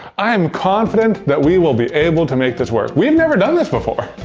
i am confident that we will be able to make this work, we've never done this before.